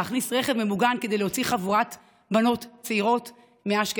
להכניס רכב ממוגן כדי להוציא חבורת בנות צעירות מאשקלון.